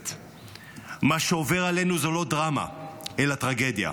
"מה שעובר עלינו, זאת לא דרמה, אלא טרגדיה.